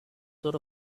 sort